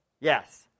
Yes